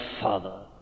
Father